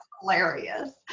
hilarious